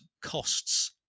costs